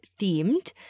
themed